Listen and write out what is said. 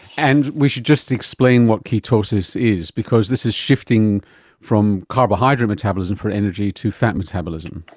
and we should just explain what ketosis is, because this is shifting from carbohydrate metabolism for energy to fat metabolism.